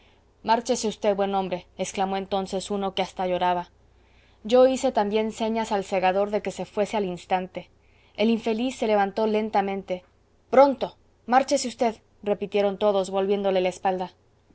márchese v buen hombre exclamó entonces uno que hasta lloraba yo hice también señas al segador de que se fuese al instante el infeliz se levantó lentamente pronto márchese v repitieron todos volviéndole la espalda